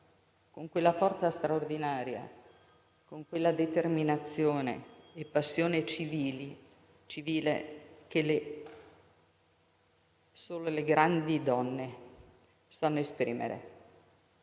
con quella forza straordinaria, quella determinazione e passione civile che solo le grandi donne sanno esprimere.